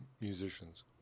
musicians